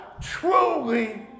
truly